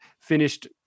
finished